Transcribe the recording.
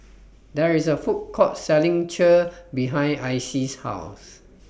There IS A Food Court Selling Kheer behind Icy's House